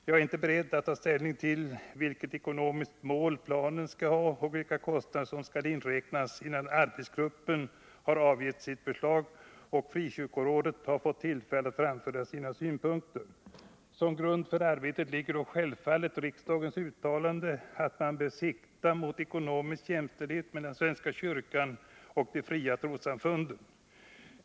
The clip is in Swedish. Jag är inte beredd att ta ställning till vilket ekonomiskt mål planen skall ha och vilka kostnader som skall inräknas, innan arbetsgruppen har avgett sitt förslag och Frikyrkorådet har fått tillfälle att framföra sina synpunkter. Som grund för arbetet ligger dock självfallet riksdagens uttalande att man bör sikta mot ekonomisk jämställdhet mellan svenska kyrkan och de fria trossamfunden.